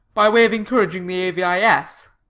by way of encouraging the a v i s,